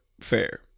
Fair